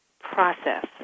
process